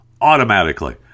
automatically